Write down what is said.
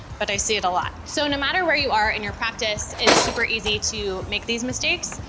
but i see it a lot. so no matter where you are in your practice, it's super easy to make these mistakes.